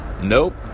Nope